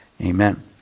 amen